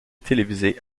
télévisée